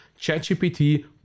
ChatGPT